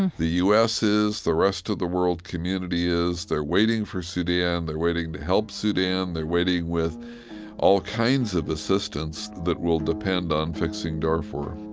the u s. is, the rest of the world community is, they're waiting for sudan, they're waiting to help sudan, they're waiting with all kinds of assistance that will depend on fixing darfur